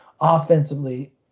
offensively